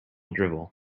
drivel